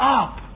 up